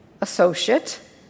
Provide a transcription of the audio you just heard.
associate